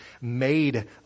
made